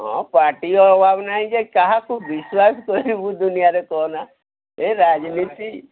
ହଁ ପାଟିର ଅଭାବ ନାହିଁ ଯେ କାହାକୁ ବିଶ୍ୱାସ କରିବୁ ଦୁନିଆରେ କହନା ଏ ରାଜନୀତି